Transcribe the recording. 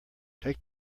take